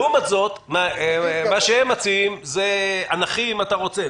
לעומת זה, מה שהם מציעים זה אנכי, אם אתה רוצה.